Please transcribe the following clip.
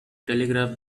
telegraph